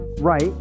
right